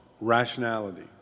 rationality